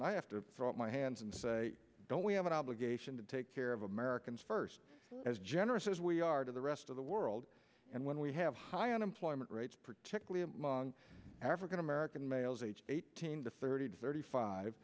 and i have to throw up my hands and say don't we have an obligation to take care of americans first as generous as we are to the rest of the world and when we have high unemployment rates particularly among african american males aged eighteen to thirty thirty five